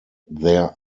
there